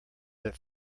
that